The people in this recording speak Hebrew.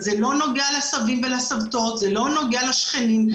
זה לא נוגע לסבים ולסבתות, זה לא נוגע לשכנים.